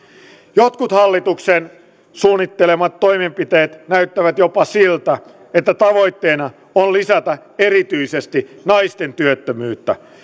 jotkin hallituksen suunnittelemat toimenpiteet näyttävät jopa siltä että tavoitteena on lisätä erityisesti naisten työttömyyttä